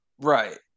Right